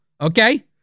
Okay